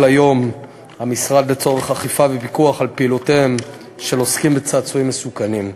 היום המשרד לצורך אכיפה ופיקוח על פעולותיהם של עוסקים בצעצועים מסוכנים.